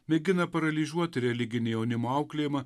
mėgina paralyžiuoti religinį jaunimo auklėjimą